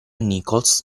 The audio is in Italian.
nichols